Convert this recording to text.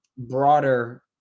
broader